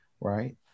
right